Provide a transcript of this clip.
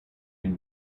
can